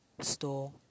Store